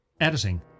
editing